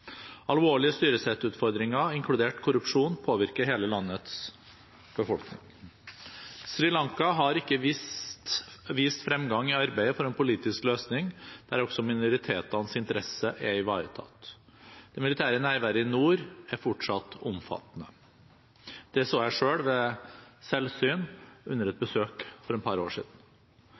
Alvorlige styresettutfordringer, inkludert korrupsjon, påvirker hele landets befolkning. Sri Lanka har ikke vist fremgang i arbeidet for en politisk løsning der også minoritetenes interesser er ivaretatt. Det militære nærværet i nord er fortsatt omfattende. Det så jeg ved selvsyn under et besøk for et par år siden.